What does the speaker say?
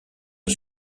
est